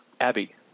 Abby